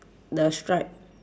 the stripe